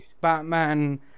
Batman